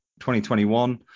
2021